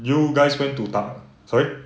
you guys went to 打 sorry